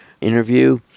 interview